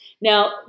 Now